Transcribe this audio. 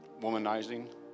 womanizing